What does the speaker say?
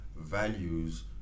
values